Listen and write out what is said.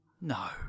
No